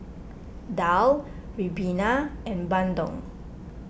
Daal Ribena and Bandung